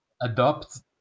adopt